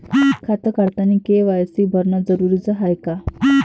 खातं काढतानी के.वाय.सी भरनं जरुरीच हाय का?